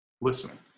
listening